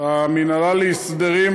המינהלה להסדרים,